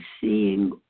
seeing